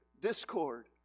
discord